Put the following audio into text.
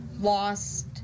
lost